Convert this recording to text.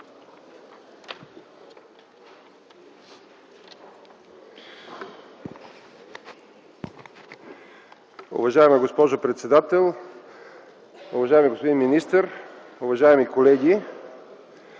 Уважаема госпожо председател, уважаеми господин министър, уважаеми колеги!